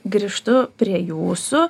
grįžtu prie jūsų